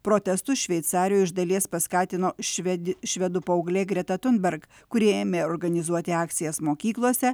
protestus šveicarijoj iš dalies paskatino šved švedų paauglė greta tunberg kuri ėmė organizuoti akcijas mokyklose